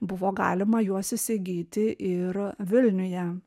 buvo galima juos įsigyti ir vilniuje